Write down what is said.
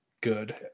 good